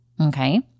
okay